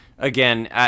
Again